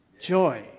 joy